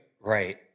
Right